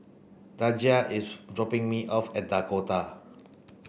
Daija is dropping me off at Dakota